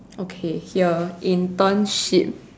okay here internship